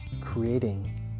creating